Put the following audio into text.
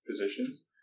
physicians